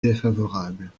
défavorable